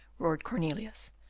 roared cornelius.